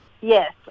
Yes